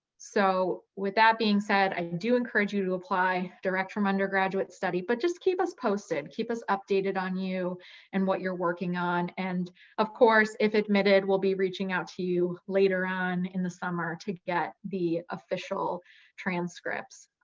so with that being said, i do encourage you to apply direct from undergraduate study, but just keep us posted, keep us updated on you and what you're working on. and of course, if admitted, we'll be reaching out to you later on in the summer to get the official transcripts.